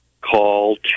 call